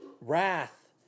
wrath